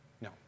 No